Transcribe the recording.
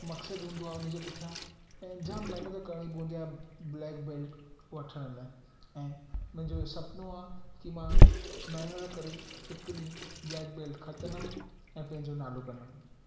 मक़सदु हूंदो आहे उनजे पुठिया ऐं जाम महिनतु करिणी पवंदी आहे ब्लैक बेल्ट वठण लाइ ऐं मुंहिजो सुपिणो आहे की मां महिनतु करे हिकु ॾींहुं ब्लैक बेल्ट खटंदमि ऐं पंहिजो नालो कंदमि